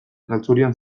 galtzorian